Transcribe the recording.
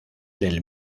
del